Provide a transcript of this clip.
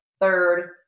third